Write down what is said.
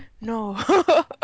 no